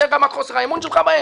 זו רמת חוסר האמון שלך בהם?